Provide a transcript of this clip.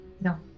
No